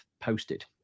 posted